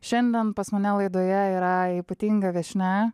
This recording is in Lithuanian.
šiandien pas mane laidoje yra ypatinga viešnia